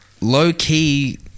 low-key